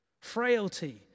frailty